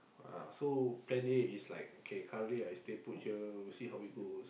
uh so plan A is like okay currently I stay put here we see how it goes